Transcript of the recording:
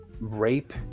Rape